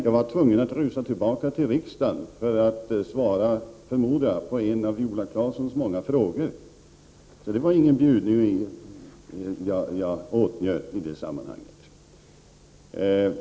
Jag var tvungen att rusa tillbaka till riksdagen för att svara på, förmodar jag, en av Viola Claessons många frågor. Det var alltså ingen bjudning som jag var på.